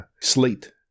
slate